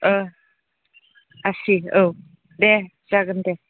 ओं आसि औ दे जागोन दे